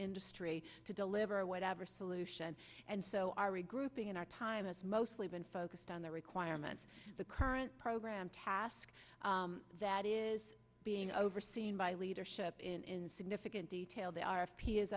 industry to deliver whatever solution and so are regrouping in our time it's mostly been focused on the requirements of the current program task that is being overseen by leadership in significant detail they are of